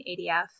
ADF